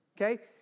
okay